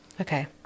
Okay